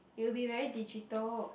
it will be very digital